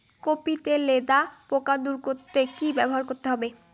Copy তে লেদা পোকা দূর করতে কি ব্যবহার করতে হবে?